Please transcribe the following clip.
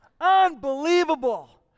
Unbelievable